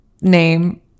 name